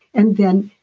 and then.